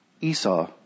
Esau